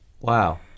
Wow